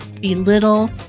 belittle